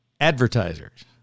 advertisers